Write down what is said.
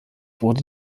wurde